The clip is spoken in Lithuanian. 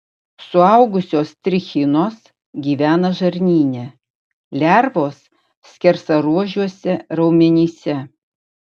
suaugusios trichinos gyvena žarnyne lervos skersaruožiuose raumenyse